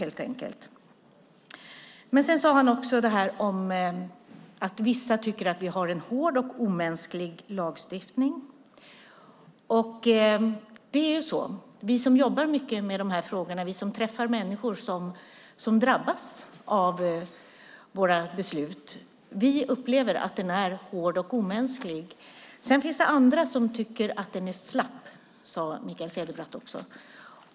Mikael Cederbratt sade att vissa tycker att vi har en hård och omänsklig lagstiftning. Så är det. Vi som jobbar mycket med dessa frågor och träffar människor som drabbas av våra beslut upplever att den är hård och omänsklig. Sedan finns det andra som tycker att den är slapp, sade Mikael Cederbratt.